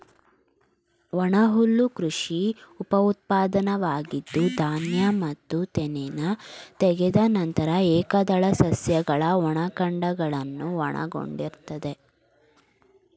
ಒಣಹುಲ್ಲು ಕೃಷಿ ಉಪಉತ್ಪನ್ನವಾಗಿದ್ದು ಧಾನ್ಯ ಮತ್ತು ತೆನೆನ ತೆಗೆದ ನಂತರ ಏಕದಳ ಸಸ್ಯಗಳ ಒಣ ಕಾಂಡಗಳನ್ನು ಒಳಗೊಂಡಿರ್ತದೆ